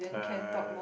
uh